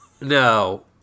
No